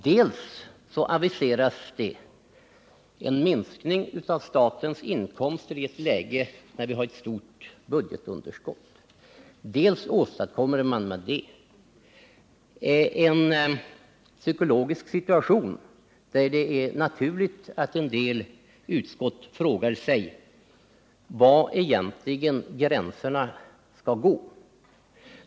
Dels aviseras en minskning av statens utgifter i ett läge när vi har ett stort budgetunderskott, dels åstadkommer man en psykologisk situation där det är naturligt att en del utskott frågar sig var egentligen gränserna skall gå.